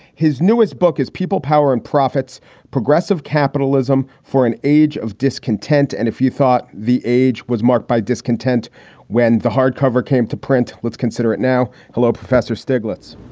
his newest book is people power and profits progressive capitalism for an age of discontent. and if you thought the age was marked by discontent when the hardcover came to print, let's consider it now. hello, professor stiglitz.